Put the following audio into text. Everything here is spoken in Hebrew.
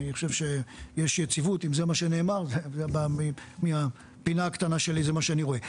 אני חושב שיש יציבות גם זה מה שנאמר ומהפינה הקטנה שלי זה מה שאני רואה,